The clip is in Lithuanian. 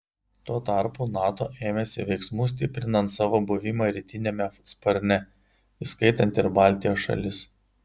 tuo tarpu nato ėmėsi veiksmų stiprinant savo buvimą rytiniame sparne įskaitant ir baltijos šalis